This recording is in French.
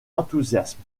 enthousiasme